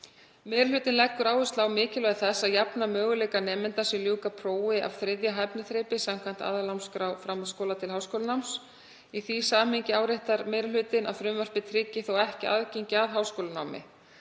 Meiri hlutinn leggur áherslu á mikilvægi þess að jafna möguleika nemenda sem ljúka prófi af 3. hæfniþrepi samkvæmt aðalnámskrá framhaldsskóla til háskólanáms. Í því samhengi áréttar meiri hlutinn að frumvarpið tryggir þó ekki aðgengi að háskólanámi.